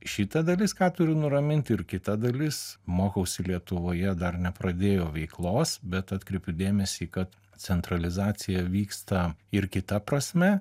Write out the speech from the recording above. šita dalis ką turiu nuramint ir kita dalis mokausi lietuvoje dar nepradėjo veiklos bet atkreipiu dėmesį kad centralizacija vyksta ir kita prasme